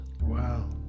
Wow